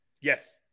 Yes